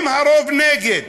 אם הרוב נגד,